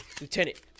Lieutenant